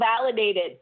validated